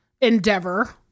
endeavor